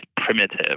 primitive